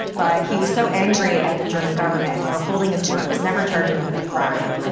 but he was so angry at the german government for holding his works never charging him with the crime.